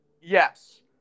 yes